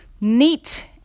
neat